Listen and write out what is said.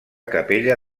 capella